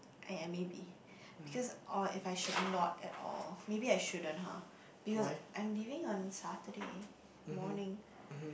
!aiya! maybe because or if I should not at all maybe I shouldn't !huh! because I'm leaving on Saturday morning